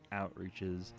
outreaches